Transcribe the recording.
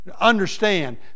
understand